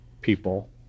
people